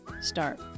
start